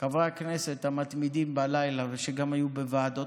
חברי הכנסת המתמידים בלילה שגם היו בוועדות